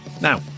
Now